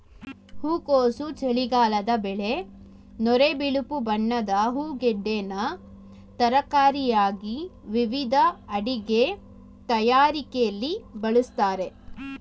ಹೂಕೋಸು ಚಳಿಗಾಲದ ಬೆಳೆ ನೊರೆ ಬಿಳುಪು ಬಣ್ಣದ ಹೂಗೆಡ್ಡೆನ ತರಕಾರಿಯಾಗಿ ವಿವಿಧ ಅಡಿಗೆ ತಯಾರಿಕೆಲಿ ಬಳಸ್ತಾರೆ